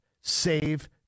Save